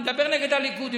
אני מדבר נגד הליכוד.